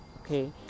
okay